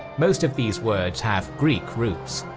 most of these words have greek roots,